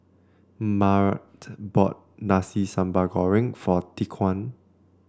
Mart bought Nasi Sambal Goreng for Tyquan